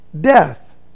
death